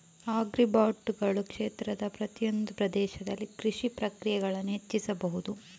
ಆಗ್ರಿಬಾಟುಗಳು ಕ್ಷೇತ್ರದ ಪ್ರತಿಯೊಂದು ಪ್ರದೇಶದಲ್ಲಿ ಕೃಷಿ ಪ್ರಕ್ರಿಯೆಗಳನ್ನು ಹೆಚ್ಚಿಸಬಹುದು